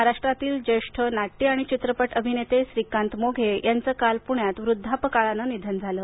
महाराष्ट्रातील ज्येष्ठ नाट्य आणि चित्रपट अभिनेते श्रीकांत मोघे यांचं काल पुण्यात वृद्धापकाळानं निधन झालं